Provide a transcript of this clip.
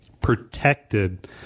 protected